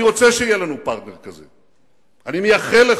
אני רוצה שיהיה לנו פרטנר כזה, אני מייחל לכך,